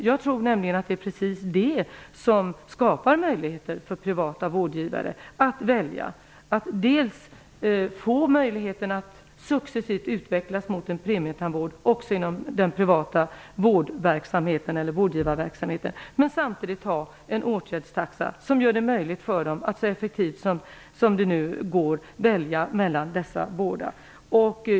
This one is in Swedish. Jag tror nämligen att det är just det som skapar möjligheter för privata vårdgivare att välja att dels få möjlighet att successivt utvecklas mot en premietandvård också inom den privata vårdgivarverksamheten, dels ha en åtgärdstaxa så att de så effektivt som möjligt kan välja mellan dessa båda system.